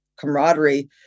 camaraderie